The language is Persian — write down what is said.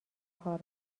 کار